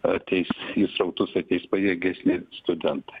ateis į srautus ateis pajėgesni studentai